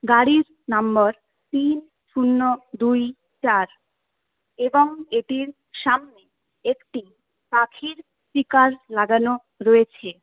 গাড়ির নম্বর তিন শূন্য দুই চার এবং এটির সামনে একটি পাখির স্টিকার লাগানো রয়েছে